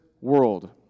world